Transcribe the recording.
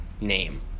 name